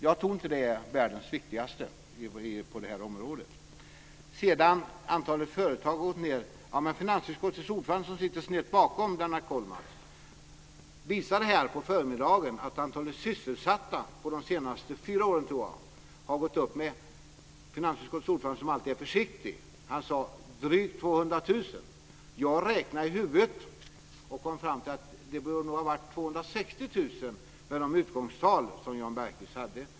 Jag tror inte att detta är världens viktigaste på det området. Sedan var det frågan om att antalet företag har minskat. Finansutskottets ordförande, som sitter snett bakom Lennart Kollmats, visade här på förmiddagen att antalet sysselsatta har gått upp med drygt 200 000 de senaste fyra åren. Finansutskottets ordförande är alltid försiktig. Jag räknade i huvudet och kom fram till att det bör ha varit 260 000 med de utgångstal Jan Bergqvist hade.